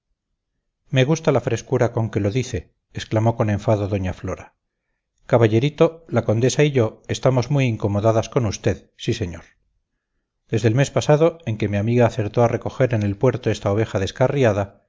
me gusta la frescura con que lo dice exclamó con enfado doña flora caballerito la condesa y yo estamos muy incomodadas con usted sí señor desde el mes pasado en que mi amiga acertó a recoger en el puerto esta oveja descarriada